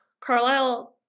Carlisle